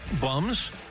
Bums